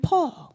Paul